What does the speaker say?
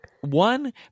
one